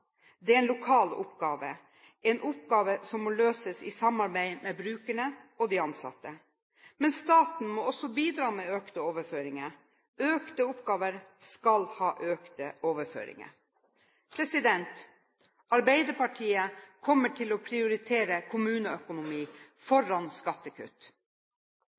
det er en lokal oppgave, en oppgave som må løses i samarbeid med brukerne og de ansatte. Men staten må også bidra med økte overføringer. Økte oppgaver skal ha økte overføringer. Arbeiderpartiet kommer til å prioritere kommuneøkonomi foran skattekutt.